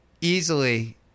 easily